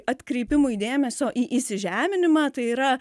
atkreipimui dėmesio į įsižeminimą tai yra